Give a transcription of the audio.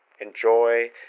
enjoy